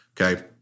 Okay